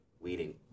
Weeding